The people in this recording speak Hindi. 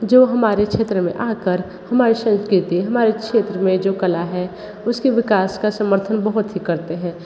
जो हमारे क्षेत्र में आ कर हमारे संस्कृति हमारे क्षेत्र में जो कला है उसके विकास का समर्थन बहुत ही करते हैं